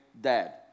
dad